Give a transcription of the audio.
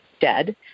dead